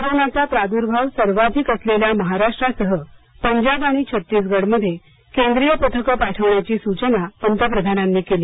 कोरोनाचा प्राद्भाव सर्वाधिक असलेल्या महाराष्ट्रासह पंजाब आणि छत्तीसगड मध्ये केंद्रीय पथकं पाठवण्याची सूचना पंतप्रधानांनी केली